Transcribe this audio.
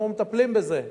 אמרו: מטפלים בזה.